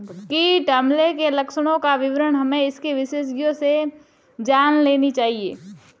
कीट हमले के लक्षणों का विवरण हमें इसके विशेषज्ञों से जान लेनी चाहिए